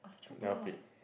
I never played